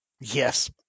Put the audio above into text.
Yes